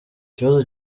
ikibazo